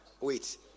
wait